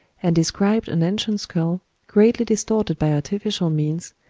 and described an ancient skull, greatly distorted by artificial means,